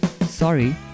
Sorry